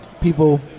people